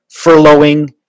furloughing